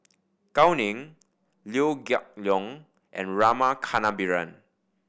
Gao Ning Liew Geok Leong and Rama Kannabiran